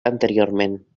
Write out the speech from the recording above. anteriorment